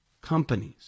companies